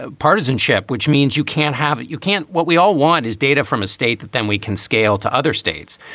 ah partisanship, which means you can't have it. you can't. what we all want is data from a state that then we can scale to other states.